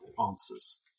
answers